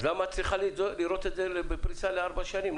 אז למה את צריכה לראות את זה בפריסה לארבע שנים?